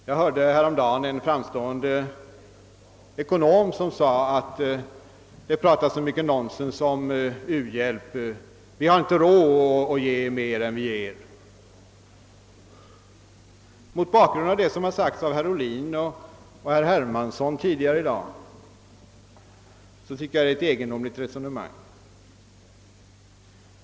Jag hörde häromdagen en framstående ekonom som sade att det pratas så mycket nonsens om u-hjälpen och att vi inte har råd att ge mera än vi gör. Mot bakgrunden av det som sagts av herr Ohlin och herr Hermansson tidigare i dag tycker jag att det är ett egendomligt resonemang.